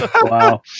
wow